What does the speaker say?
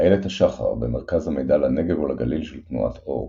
איילת השחר, במרכז המידע לנגב ולגליל של תנועת אור